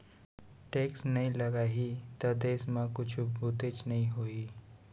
tax नइ लगाही त देस म कुछु बुतेच नइ होही